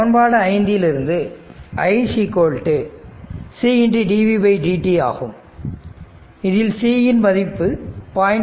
சமன்பாடு ஐந்திலிருந்து i C dvdt ஆகும் இதில் c இன் மதிப்பு 0